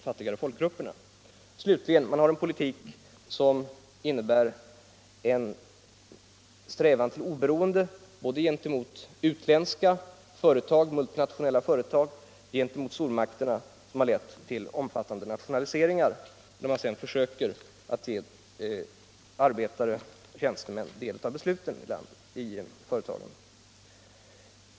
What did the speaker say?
Man gör det slutligen genom en politik som innebär en strävan till oberoende både gentemot utländska, multinationella företag och gentemot stormakterna och som har lett till omfattande nationaliseringar. Man försöker sedan ge arbetare och tjänstemän del i besluten i företagen.